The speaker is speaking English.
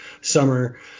summer